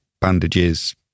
bandages